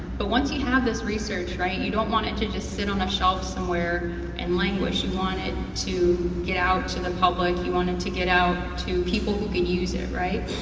but once you have this research right, you don't want it to just sit on a shelf somewhere and languish. you want it to get out to the public, you want it to get out to people who could use it right?